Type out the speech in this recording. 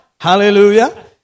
Hallelujah